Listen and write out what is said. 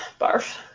Barf